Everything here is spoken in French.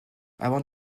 avant